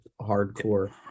hardcore